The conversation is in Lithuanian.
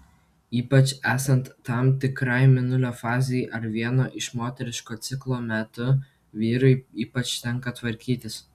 ypač esant tam tikrai mėnulio fazei ar vieno iš moteriško ciklo metu vyrui ypač tenka tvarkytis